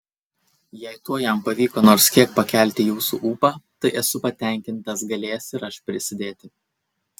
jei tuo jam pavyko nors kiek pakelti jūsų ūpą tai esu patenkintas galėjęs ir aš prisidėti